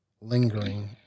lingering